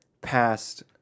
past